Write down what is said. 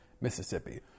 Mississippi